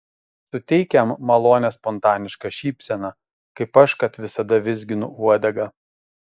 suteik jam malonią spontanišką šypseną kaip aš kad visada vizginu uodegą